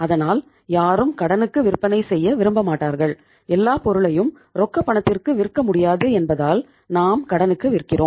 அதனால் யாரும் கடனுக்கு விற்பனை செய்ய விரும்ப மாட்டார்கள் எல்லா பொருளையும் ரொக்கப் பணத்திற்கு விற்க முடியாது என்பதால் நாம் கடனுக்கு விற்கிறோம்